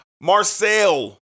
Marcel